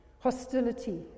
hostility